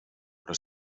però